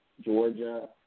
Georgia